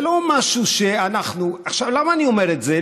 זה לא משהו שאנחנו, עכשיו, למה אני אומר את זה?